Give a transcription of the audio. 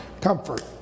Comfort